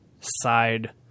side